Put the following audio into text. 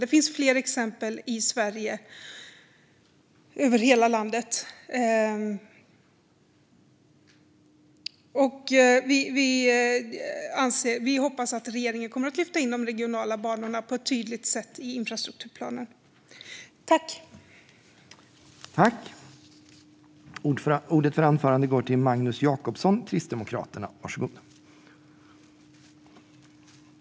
Det finns fler exempel i Sverige, över hela landet. Vi hoppas att regeringen kommer att lyfta in de regionala banorna i infrastrukturplanen på ett tydligt sätt.